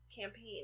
campaign